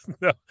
No